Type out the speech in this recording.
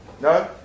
No